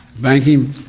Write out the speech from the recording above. banking